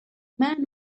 man